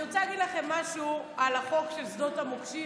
אני רוצה להגיד לכם משהו על החוק של שדות המוקשים,